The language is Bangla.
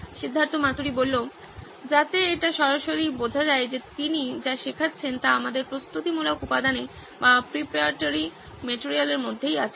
সিদ্ধার্থ মাতুরি যাতে এটা সরাসরি বোঝা যায় যে তিনি যা শেখাচ্ছেন তা আমাদের প্রস্তুতিমূলক উপাদানে ইতিমধ্যেই আছে